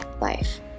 life